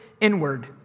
inward